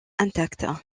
intactes